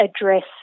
address